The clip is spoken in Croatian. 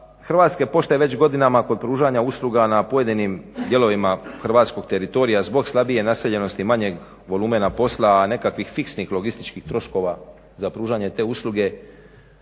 Hrvatske pošte već godinama kod pružanja usluga na pojedinim dijelovima hrvatskog teritorija zbog slabije naseljenosti, manjeg volumena posla a nekakvih fiksnih logističkih troškova za pružanje te usluge